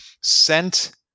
sent